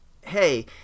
hey